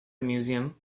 museum